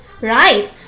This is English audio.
Right